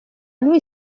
lui